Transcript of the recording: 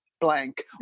blank